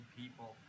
people